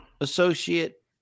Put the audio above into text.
associate